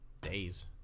days